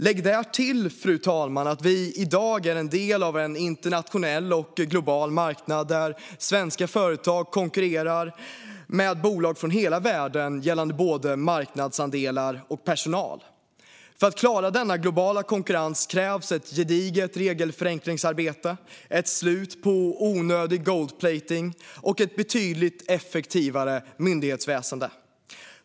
Lägg därtill, fru talman, att vi i dag är en del av en internationell och global marknad där svenska företag konkurrerar med bolag från hela världen gällande både marknadsandelar och personal. För att klara av denna globala konkurrens krävs ett gediget regelförenklingsarbete, ett slut på onödig gold-plating och ett betydligt effektivare myndighetsväsen.